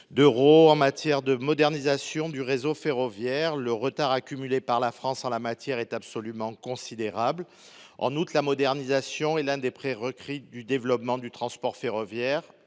dans la modernisation du réseau ferroviaire. De fait, le retard accumulé par la France en la matière est absolument considérable. En outre, la modernisation est l’un des prérequis du développement du transport ferroviaire.